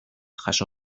jaso